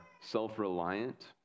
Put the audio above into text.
self-reliant